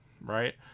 Right